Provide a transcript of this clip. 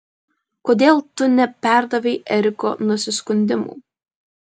kodėl tu neperdavei eriko nusiskundimų